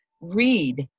read